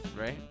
Right